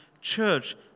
Church